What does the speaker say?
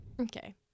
Okay